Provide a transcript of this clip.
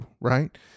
right